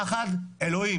פחד אלוהים.